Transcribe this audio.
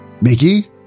Mickey